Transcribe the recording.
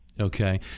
Okay